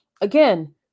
again